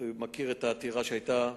כנסת נכבדה,